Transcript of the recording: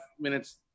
minutes